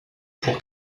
pour